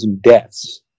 deaths